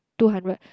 two hundred